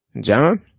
John